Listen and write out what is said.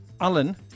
Alan